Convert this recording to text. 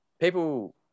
people